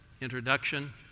introduction